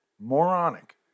moronic